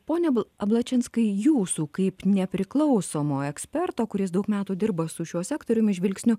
pone ablačinskai jūsų kaip nepriklausomo eksperto kuris daug metų dirba su šiuo sektoriumi žvilgsniu